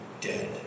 dead